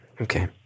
okay